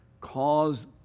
cause